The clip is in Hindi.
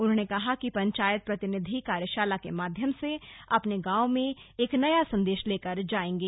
उन्होंने कहा कि पंचायत प्रतिनिधि कार्यशाला के माध्यम से अपने गांवों में एक नया संदेश लेकर जायेंगे